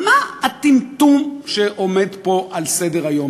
מה הטמטום שעומד פה על סדר-היום,